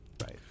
Right